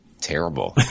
terrible